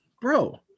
bro